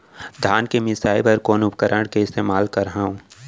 धान के मिसाई बर कोन उपकरण के इस्तेमाल करहव?